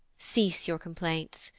cease your complaints,